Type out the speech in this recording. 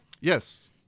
yes